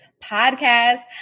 podcast